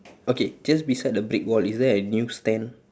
okay just beside the brick wall is there a news stand